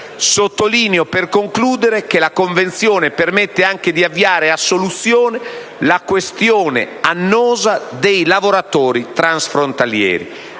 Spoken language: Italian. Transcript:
Sottolineo, per concludere, che la Convenzione permette anche di avviare a soluzione l'annosa questione dei lavoratori transfrontalieri.